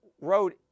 wrote